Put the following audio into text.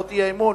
2010,